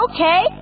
Okay